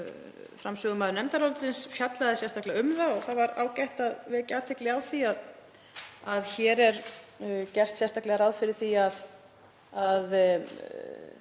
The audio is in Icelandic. framsögumaður nefndarálitsins fjallaði sérstaklega um það, og það var ágætt að vekja athygli á því að hér er gert sérstaklega ráð fyrir því að